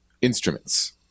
instruments